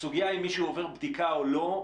הסוגיה אם מישהו עובר בדיקה או לא,